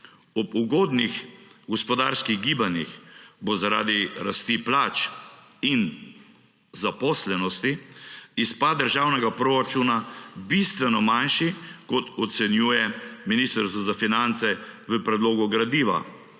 Ob ugodnih gospodarskih gibanjih bo zaradi rasti plač in zaposlenosti izpad državnega proračuna bistveno manjši, kot ocenjuje Ministrstvo za finance v predlogu gradiva.